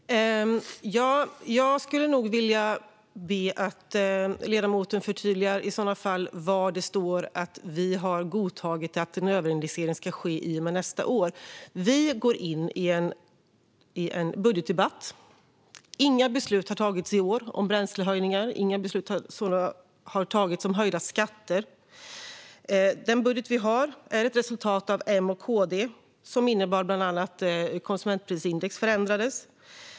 Herr talman! Jag skulle nog vilja be ledamoten förtydliga var det i så fall står att vi har godtagit att en överindexering ska ske från och med nästa år. Vi går in i en budgetdebatt. Inga beslut har i år fattats om bränsleskattehöjningar. Inga beslut har fattats om höjda skatter. Den budget vi har är ett resultat av M och KD och innebar att bland annat konsumentprisindex förändrades.